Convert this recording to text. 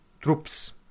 troops